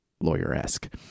lawyer-esque